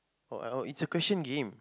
oh I know it's a question game